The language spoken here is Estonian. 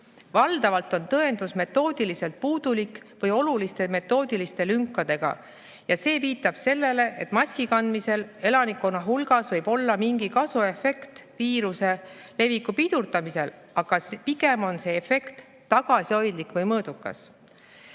Valdavalt on tõendus metoodiliselt puudulik või oluliste metoodiliste lünkadega ja see viitab sellele, et maskikandmisel elanikkonna hulgas võib olla mingi kasuefekt viiruse leviku pidurdamisel, aga pigem on see efekt tagasihoidlik või mõõdukas."